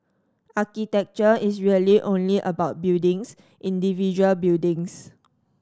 architecture is really only about buildings individual buildings